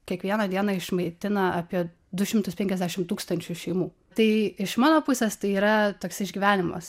kiekvieną dieną išmaitina apie du šimtus penkiasdešim tūkstančių šeimų tai iš mano pusės tai yra toks išgyvenimas